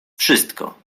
wszystko